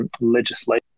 legislation